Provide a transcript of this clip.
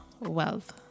wealth